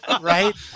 right